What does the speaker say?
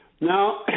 Now